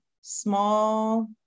small